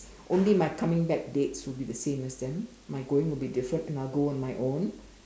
only my coming back dates will be the same as them my going will be different and I will go on my own